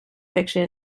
fiction